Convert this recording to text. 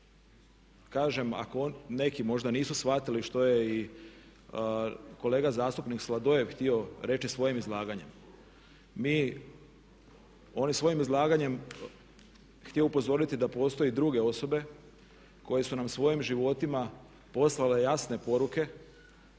kažem ako neki možda nisu shvatili što je i kolega zastupnik Sladoljev htio reći svojim izlaganjem. Mi, on je svojim izlaganjem htio upozoriti da postoje druge osobe koje su nam svojim životima poslale jasne poruke